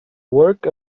work